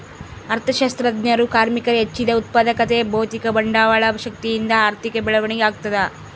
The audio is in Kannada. ಅರ್ಥಶಾಸ್ತ್ರಜ್ಞರು ಕಾರ್ಮಿಕರ ಹೆಚ್ಚಿದ ಉತ್ಪಾದಕತೆ ಭೌತಿಕ ಬಂಡವಾಳ ಶಕ್ತಿಯಿಂದ ಆರ್ಥಿಕ ಬೆಳವಣಿಗೆ ಆಗ್ತದ